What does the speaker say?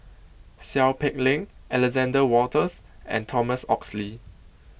Seow Peck Leng Alexander Wolters and Thomas Oxley